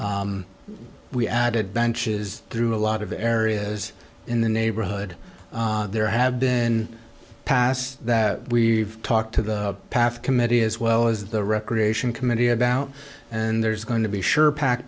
and we added benches through a lot of the areas in the neighborhood there have been pass that we've talked to the path committee as well as the recreation committee about and there's going to be sure packed